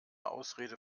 ausrede